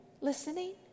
listening